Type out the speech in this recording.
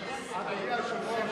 אז שישיר את ההמנון שלנו,